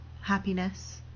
happiness